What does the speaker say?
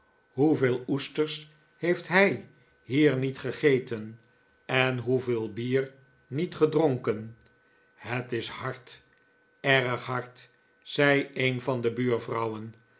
hoeveel oesters heeft hij hier niet gegeten en hoeveel bier niet gedronken het is hard erg hard zei een van de buurvrouwen